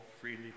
freely